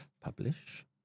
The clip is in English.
publish